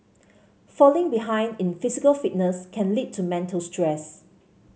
falling behind in physical fitness can lead to mental stress